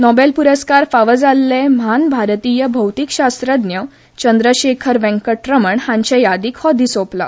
नोबॅल पुरस्कार फावो जाल्ले म्हान भारतीय भौतीकशास्त्रज्ञ चंद्रशेखर वेंकट रमण हांचे यादीक हो दीस ओंपला